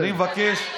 תנו לו לסיים.